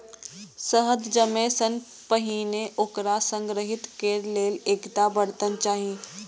शहद जमै सं पहिने ओकरा संग्रहीत करै लेल एकटा बर्तन चाही